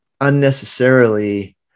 unnecessarily